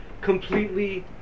completely